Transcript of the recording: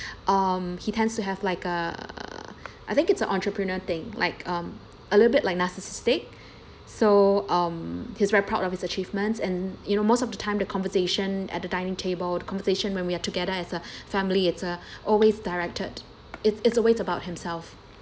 um he tends to have like a I think it's an entrepreneur thing like um a little bit like narcissistic so um he's very proud of his achievements and you know most of the time the conversation at the dining table conversation when we are together as a family it's uh always directed it it's always about himself